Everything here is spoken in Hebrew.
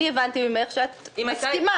אני הבנתי ממך שאת מסכימה.